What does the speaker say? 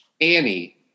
Annie